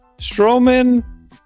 Strowman